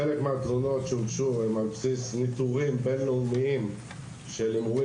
חלק מהתלונות שהוגשו הן על בסיס ניטורים בין-לאומים של הימורים